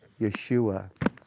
Yeshua